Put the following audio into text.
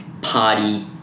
party